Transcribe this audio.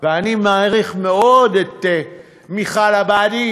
ואני מעריך מאוד את מיכל עבאדי,